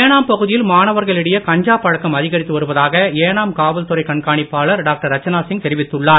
ஏனாம் பகுதியில் மாணவர்களிடையே கஞ்சா பழக்கம் அதிகரித்து வருவதாக ஏனாம் காவல்துறை கண்காணிப்பாளர் டாக்டர் ரச்சனா சிங் தெரிவித்துள்ளார்